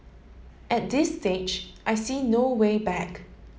at this stage I see no way back